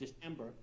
December